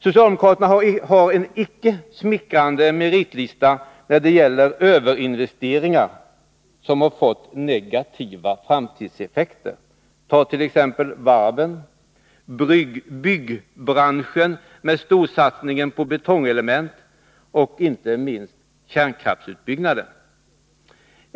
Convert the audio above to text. Socialdemokraterna har en icke smickrande meritlista när det gäller överinvesteringar som fått negativa framtidseffekter. Tag t.ex. varven, byggbranschen med storsatsningen på betongelement och inte minst kärnkraftsutbyggnaden.